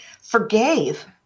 forgave